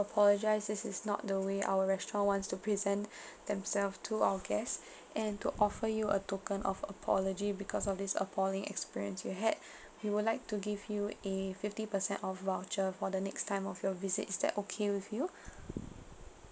apologise this is not the way our restaurant wants to present themselves to our guests and to offer you a token of apology because of this appalling experience you had we will like to give you a fifty per cent off voucher for the next time of your visit is that okay with you